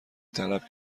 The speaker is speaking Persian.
طلب